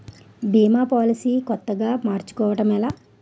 భీమా policy కొత్తగా మార్చుకోవడం ఎలా?